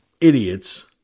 idiots